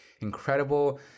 incredible